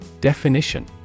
Definition